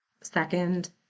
second